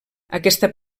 aquesta